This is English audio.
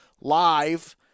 live